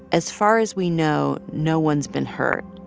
as far as we know, no one's been hurt.